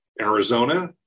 Arizona